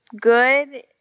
good